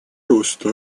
роста